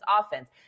offense